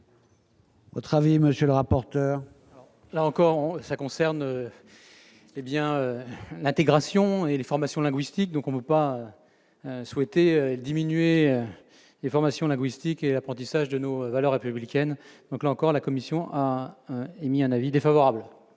Votre avis, monsieur le rapporteur. Là encore, ça concerne les biens intégration et les formations linguistiques, donc on peut pas souhaité diminuer les formations linguistiques et l'apprentissage de nos valeurs républicaines, donc, là encore, la commission a émis un avis défavorable.